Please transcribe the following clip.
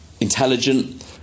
Intelligent